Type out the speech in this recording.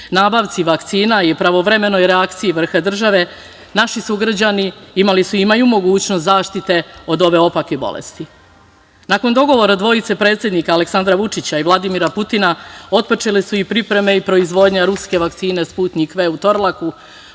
nabavci vakcina i pravovremenoj reakciji vrha države naši sugrađani imaju mogućnost zaštite od ove opake bolesti. Nakon dogovora dvojice predsednika Aleksandra Vučića i Vladimira Putina otpočele su i pripreme i proizvodnja ruske vakcine Sputnjik V u Torlaku